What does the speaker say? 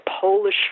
Polish